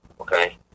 Okay